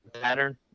pattern